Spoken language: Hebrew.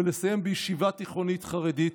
ולסיים בישיבה תיכונית חרדית